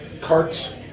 carts